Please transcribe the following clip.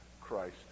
Christ